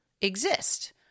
exist